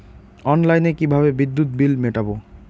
অনলাইনে কিভাবে বিদ্যুৎ বিল মেটাবো?